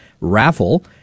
raffle